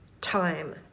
time